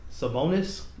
Sabonis